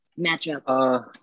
matchup